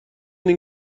این